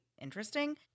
interesting